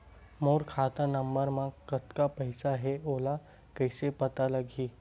मोर खाता नंबर मा कतका पईसा हे ओला कइसे पता लगी?